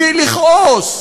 לכעוס,